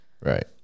Right